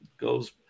goes